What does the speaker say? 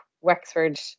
Wexford